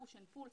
פוש אנד פול,